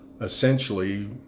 essentially